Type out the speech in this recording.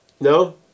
No